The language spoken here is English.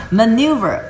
maneuver